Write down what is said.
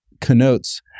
connotes